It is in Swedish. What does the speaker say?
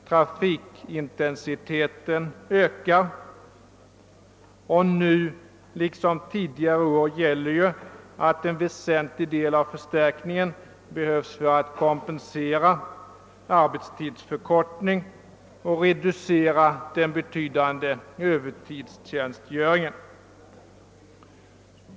Trafikintensiteten ökar, och nu liksom under tidigare år gäller att en vänsentlig del av förstärkningen behövs för att kompensera arbetstidsförkortningen och för att reducera den betydande övertidstjänstgöringen.